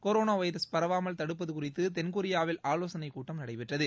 corona virus பரவாமல் தடுப்பது குறித்து தென்கொரியாவில் ஆலோசனைக்கூட்டம் நடைபெற்றது